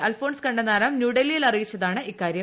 Alphons Kannanthanam new ഡൽഹിയിൽ അറിയിച്ചതാണ് ഇക്കാര്യം